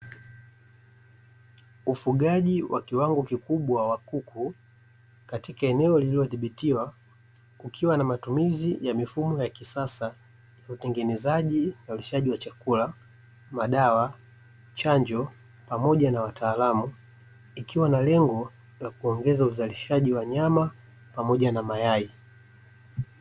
Ufugaji wa kiwango kikubwa wa kuku katika eneo lililodhibitiwa, kukiwa na matumizi ya mifumo ya kisasa, utengenezaji na ulishaji wa chakula, madawa, chanjo, pamoja na wataalamu, ikiwa na lengo la kuongeza uzalishaji wa nyama pamoja na mayai.